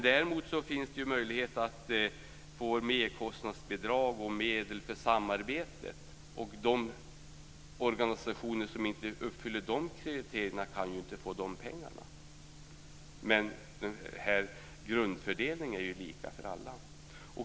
Däremot finns det möjlighet att få merkostnadsbidrag och medel för samarbete, och de organisationer som inte uppfyller de kriterierna kan inte få de pengarna. Men grundfördelningen är lika för alla.